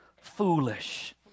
foolish